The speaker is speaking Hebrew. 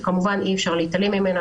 שאי אפשר להתעלם ממנה.